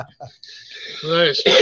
Nice